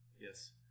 Yes